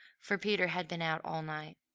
for peter had been out all night,